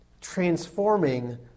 transforming